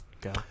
go